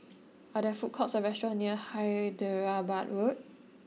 are there food courts or restaurants near Hyderabad Road